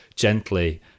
gently